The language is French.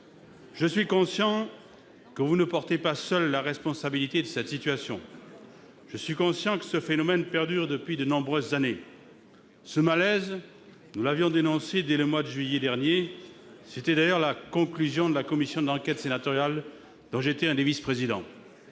le ministre, que vous ne portez pas seul la responsabilité de cette situation. Je suis conscient que ce phénomène perdure depuis de nombreuses années. Ce malaise, nous l'avions dénoncé dès le mois de juillet dernier : c'était d'ailleurs la conclusion de la commission d'enquête sénatoriale dont j'étais l'un des vice-présidents.